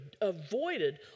avoided